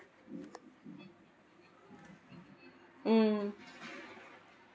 mm